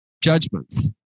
judgments